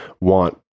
want